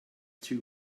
two